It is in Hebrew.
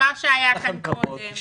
למה שהיה כאן קודם.